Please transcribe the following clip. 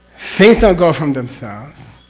things don't grow from themselves,